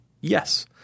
Yes